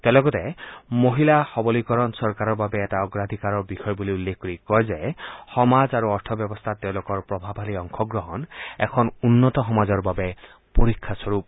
তেওঁ লগতে মহিলা সবলীকৰণ চৰকাৰৰ বাবে এটা অগ্ৰাধিকাৰৰ বিষয় বুলি উল্লেখ কৰি কয় যে সমাজ আৰু অৰ্থ ব্যৱস্থাত তেওঁলোকৰ প্ৰভাৱশালী অংশগ্ৰহণ এখন উন্নত সমাজৰ বাবে পৰীক্ষা স্বৰূপ